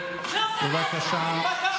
בבקשה.